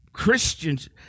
Christians